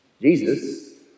Jesus